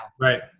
right